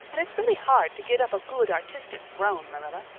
and it's really hard to get up a good artistic groan, marilla.